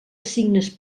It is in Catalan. signes